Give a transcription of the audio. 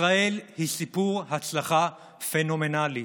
ישראל היא סיפור הצלחה פנומנלי.